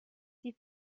die